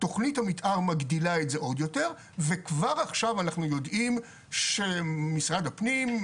תכנית המתאר מגדילה אותו עוד יותר וכבר עכשיו אנחנו יודעים שמשרד הפנים,